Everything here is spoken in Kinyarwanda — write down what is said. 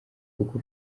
kuko